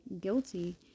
guilty